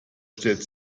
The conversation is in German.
stellt